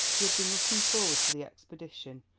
he had been looking forward to the expedition,